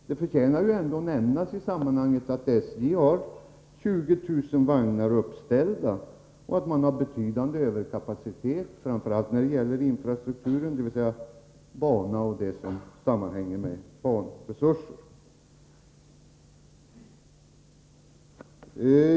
Det förtjänar nämnas i sammanhanget att SJ har 20 000 vagnar uppställda och att SJ har betydande överkapacitet, framför allt när det gäller infrastrukturen, dvs. banor o. d.